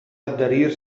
adherir